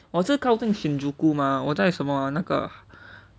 我是靠近 shinjuku 吗我在什么啊那个啊